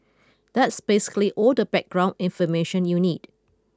that's basically all the background information you need